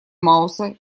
мауса